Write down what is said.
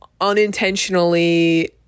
unintentionally